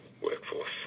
workforce